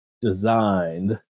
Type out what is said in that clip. designed